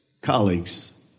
colleagues